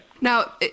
Now